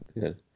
Good